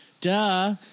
Duh